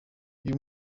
uyu